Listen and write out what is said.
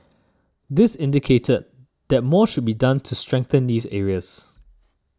this indicated that more should be done to strengthen these areas